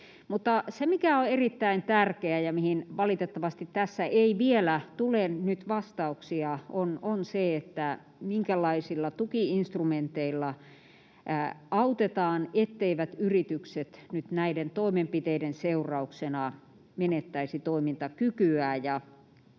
se, mikä on erittäin tärkeää ja mihin valitettavasti tässä ei vielä tule nyt vastauksia, on se, minkälaisilla tuki-instrumenteilla autetaan niin, etteivät yritykset nyt näiden toimenpiteiden seurauksena menettäisi toimintakykyään.